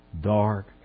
dark